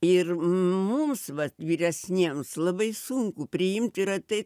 ir mums vat vyresniems labai sunku priimt yra tai